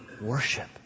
worship